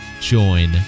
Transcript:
join